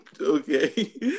Okay